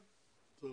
טוב,